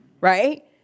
right